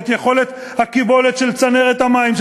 את יכולת הקיבול של צנרת המים,